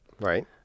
Right